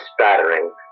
spattering